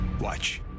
Watch